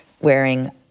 wearing